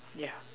yeah